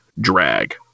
drag